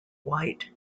white